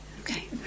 Okay